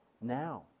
now